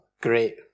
Great